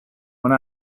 when